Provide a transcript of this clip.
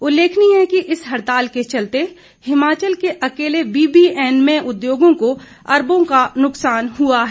उल्लेखनीय है कि इस हड़ताल के चलते हिमाचल के अकेले बीबीएन में उद्योगों को अरबों का नुक्सान हुआ है